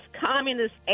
communist